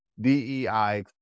DEI